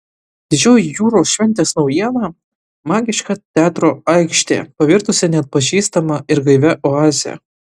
didžioji jūros šventės naujiena magiška teatro aikštė pavirtusi neatpažįstama ir gaivia oaze